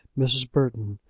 mrs. burton,